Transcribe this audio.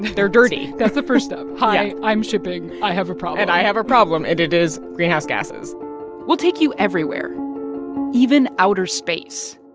they're dirty that's the first step. hi, i'm shipping. i have a problem and i have a problem. and it is greenhouse gases we'll take you everywhere even outer space